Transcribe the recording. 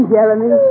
Jeremy